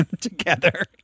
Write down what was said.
together